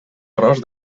arròs